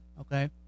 okay